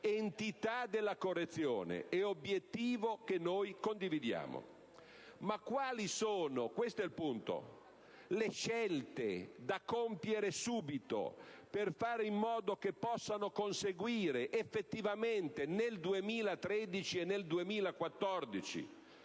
nella relazione tecnica): è obiettivo che noi condividiamo. Ma quali sono, questo è il punto, le scelte da compiere subito, per fare in modo che possano conseguire effettivamente nel 2013 e nel 2014